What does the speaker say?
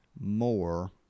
more